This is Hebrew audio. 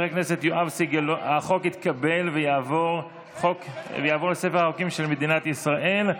החוק התקבל וייכנס לספר החוקים של מדינת ישראל.